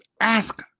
ask